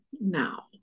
now